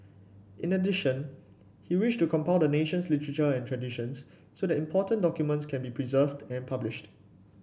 in addition he wished to compile the nation's literature and traditions so that important documents could be preserved and published